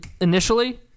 initially